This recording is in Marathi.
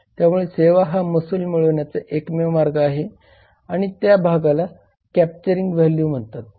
त्यामुळे सेवा हा महसूल मिळवण्याचा एकमेव मार्ग आहे आणि त्या भागाला कॅप्चरिंग व्हॅल्यू म्हणतात